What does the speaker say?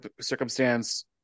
circumstance